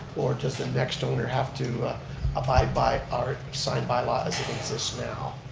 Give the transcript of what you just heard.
or does the next owner have to abide by our sign by-law as it exists now?